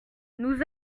nous